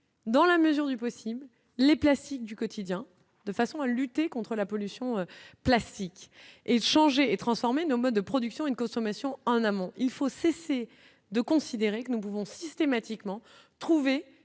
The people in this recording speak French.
dans la mesure du possible, les classiques du quotidien, de façon à lutter contre la pollution plastique est-il changer et transformer nos modes de production et de consommation, en amont, il faut cesser de considérer que nous pouvons systématiquement trouver